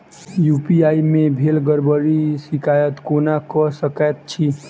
UPI मे भेल गड़बड़ीक शिकायत केना कऽ सकैत छी?